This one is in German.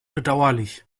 bedauerlich